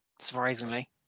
Surprisingly